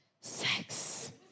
sex